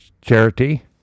charity